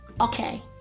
okay